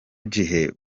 gihe